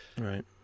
right